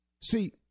See